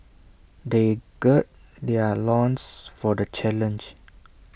they gird their loins for the challenge